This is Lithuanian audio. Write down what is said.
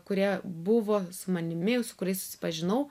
kurie buvo su manimi su kuriais susipažinau